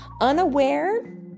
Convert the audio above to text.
unaware